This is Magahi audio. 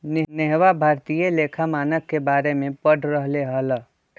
नेहवा भारतीय लेखा मानक के बारे में पढ़ रहले हल